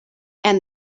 and